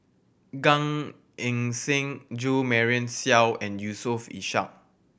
Gan Eng Seng Jo Marion Seow and Yusof Ishak